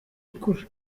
ikura